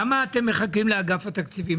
למה אתם מחכים לאגף התקציבים?